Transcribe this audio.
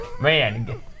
Man